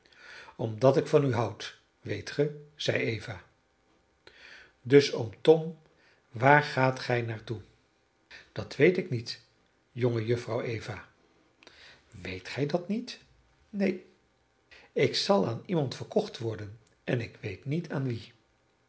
omdat ik van u houd weet ge zeide eva dus oom tom waar gaat gij naar toe dat weet ik niet jongejuffrouw eva weet gij dat niet neen ik zal aan iemand verkocht worden en ik weet niet aan wien